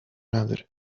نداره